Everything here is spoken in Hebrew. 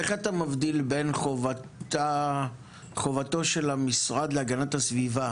איך אתה מבדיל בין חובתו של המשרד להגנת הסביבה